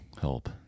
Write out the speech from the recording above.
help